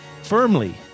firmly